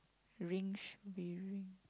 ring should be ring